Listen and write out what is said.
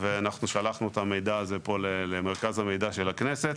ואנחנו שלחנו את המידע הזה למרכז המידע של הכנסת,